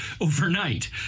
overnight